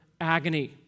agony